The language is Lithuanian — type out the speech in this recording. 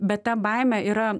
bet ta baimė yra